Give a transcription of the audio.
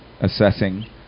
assessing